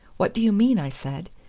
what do you mean? i said.